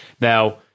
Now